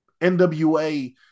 nwa